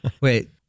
Wait